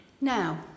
Now